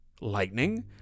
lightning